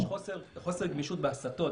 יש חוסר גמישות בהסתות.